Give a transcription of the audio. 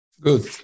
Good